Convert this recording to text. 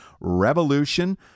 REVOLUTION